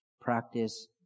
Practice